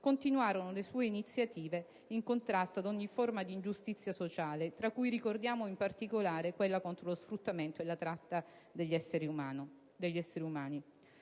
continuarono le sue iniziative di contrasto ad ogni forma di ingiustizia sociale, tra cui ricordiamo, in particolare, quella contro lo sfruttamento e la tratta degli esseri umani.